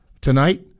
tonight